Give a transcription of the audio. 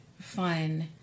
fun